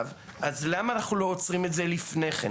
אז למה אנחנו לא עוצרים את זה לפני כן?